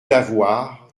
lavoir